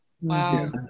Wow